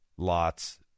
Lots